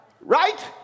right